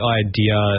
idea